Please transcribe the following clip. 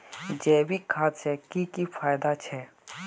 जैविक खाद से की की फायदा छे?